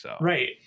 Right